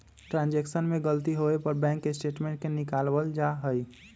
transaction में गलती होवे पर बैंक स्टेटमेंट के निकलवावल जा हई